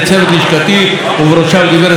ובראשו גב' פנינה שלי איפרגן.